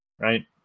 Right